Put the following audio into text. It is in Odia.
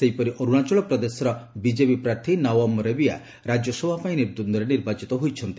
ସେହିପରି ଅରୁଣାଚଳ ପ୍ରଦେଶର ବିଜେପି ପ୍ରାର୍ଥୀ ନଓ୍ୱାମ ରେବିୟା ରାଜ୍ୟସଭା ପାଇଁ ନିର୍ଦ୍ଦନ୍ଦୁରେ ନିର୍ବାଚିତ ହୋଇଛନ୍ତି